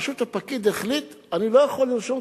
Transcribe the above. פשוט הפקיד החליט: אני לא יכול לרשום,